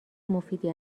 مفیدی